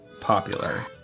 popular